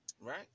right